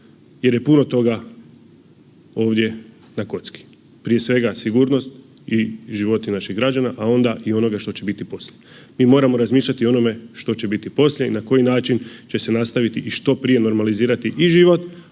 jer je puno toga ovdje na kocki. Prije svega sigurnost i životi naših građana, a onda i onoga što će biti poslije. Mi moramo razmišljati i o onome što će biti poslije i na koji način će se nastaviti i što prije normalizirati i život,